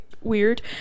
weird